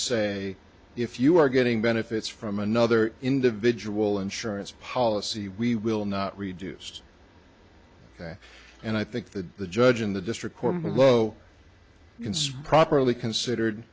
say if you are getting benefits from another individual insurance policy we will not reduced and i think that the judge in the district court below properly considered